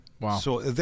Wow